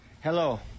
Hello